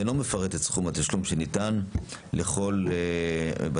ואינו מפרט את סכום התשלום שניתן לכל בתי